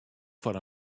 foar